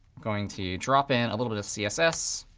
going to drop in a little bit of css.